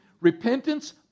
Repentance